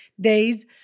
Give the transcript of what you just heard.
days